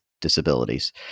disabilities